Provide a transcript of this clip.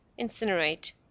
incinerate